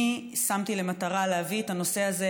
אני שמתי למטרה להביא את הנושא הזה,